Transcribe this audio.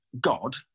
God